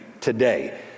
today